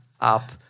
up